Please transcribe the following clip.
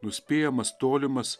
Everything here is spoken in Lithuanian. nuspėjamas tolimas